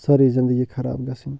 سٲرٕے زندگی خراب گَژھٕنۍ